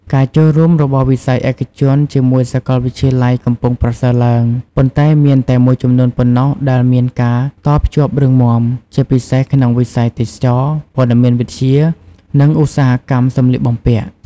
ការចូលរួមរបស់វិស័យឯកជនជាមួយសាកលវិទ្យាល័យកំពុងប្រសើរឡើង ប៉ុន្តែមានតែមួយចំនួនប៉ុណ្ណោះដែលមានការតភ្ជាប់រឹងមាំ ជាពិសេសក្នុងវិស័យទេសចរណ៍ ព័ត៌មានវិទ្យា និងឧស្សាហកម្មសម្លៀកបំពាក់។